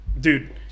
dude